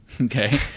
okay